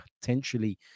potentially